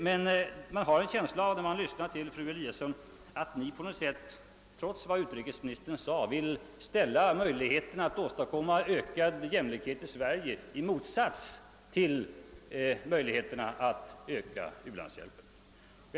Men man har en känsla av när man lyssnar till fru Lewén-Eliasson att ni på något sätt, trots vad utrikesministern sade, vill ställa möjligheterna att åstadkomma ökad jämlikhet i Sverige i motsats till möjligheterna att öka ulandshjälpen.